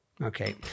Okay